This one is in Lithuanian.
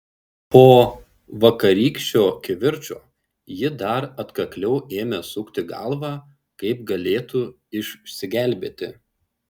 po vakarykščio kivirčo ji dar atkakliau ėmė sukti galvą kaip galėtų išsigelbėti